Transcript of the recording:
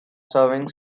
serving